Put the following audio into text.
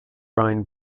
rhine